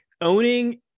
owning